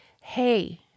hey